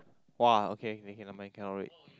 !wah! okay okay nevermind cannot wait